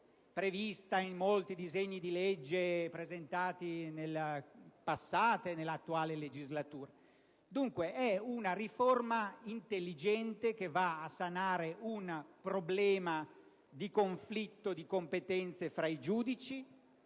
prevista in molti disegni di legge presentati nella passata e nell'attuale legislatura? Dunque, è una riforma intelligente, che va a sanare un problema di conflitto di competenze fra i giudici